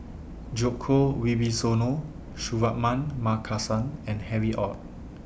Djoko Wibisono Suratman Markasan and Harry ORD